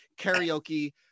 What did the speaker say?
karaoke